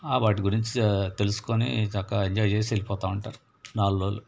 వాటి గురించి తెలుసుకుని చక్కగా ఎంజాయ్ చేసి వెళ్ళిపోతూ ఉంటారు నాల్గు రోజులు